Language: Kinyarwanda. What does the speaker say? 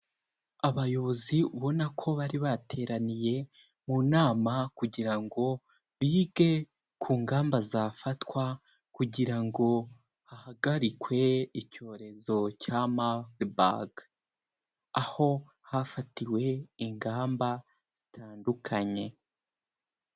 Abayobozi ubona ko bari bateraniye mu nama kugira ngo bige ku ngamba zafatwa kugira ngo hahagarikwe icyorezo cya Marburg aho hafatiwe ingamba zitandukanye.